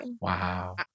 Wow